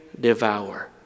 devour